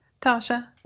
Tasha